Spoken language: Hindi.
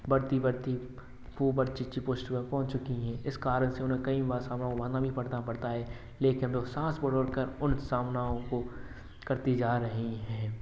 बढ़ती बढ़ती खूब अच्छी अच्छी पोस्ट पर पहुँच चुकी है इस कारण से उन्हें कई बार भी पड़ता पड़ता है लेकिन वह साँस को रोककर उन सामनाओ को करती जा रही है